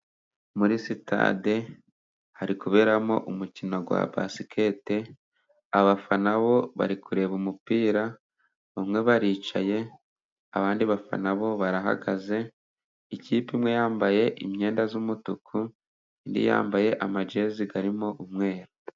Muri sitade hari kuberamo umukino wa Basikete, abafana bo bari kureba umupira, bamwe baricaye, abandi bafana bo barahagaze, ikipe imwe yambaye imyenda y'umutuku, indi yambaye amajezi arimo umweru.